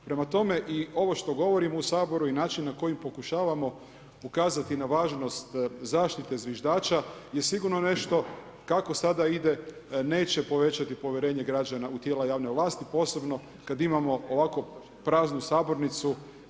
Prema tome, i ovo što govorimo u saboru i način na koji pokušavamo ukazati na važnost zaštite zviždača je sigurno nešto kako sada ide neće povećati povjerenje građana u tijela javne vlasti, posebno kada imamo ovako praznu sabornicu.